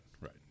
right